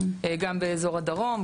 גם באזור הדרום,